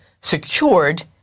secured